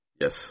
Yes